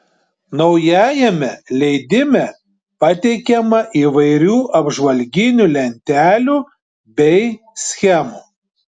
naujajame leidime pateikiama įvairių apžvalginių lentelių bei schemų